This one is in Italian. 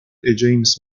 james